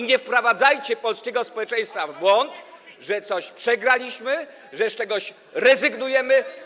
Nie wprowadzajcie polskiego społeczeństwa w błąd, że coś przegraliśmy, że z czegoś rezygnujemy.